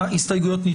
הצבעה ההצבעה לא אושרה.